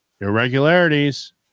irregularities